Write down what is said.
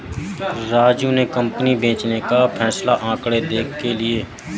राजू ने कंपनी बेचने का फैसला आंकड़े देख के लिए